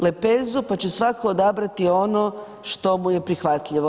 Lepezu pa će svatko odabrati ono što mu je prihvatljivo.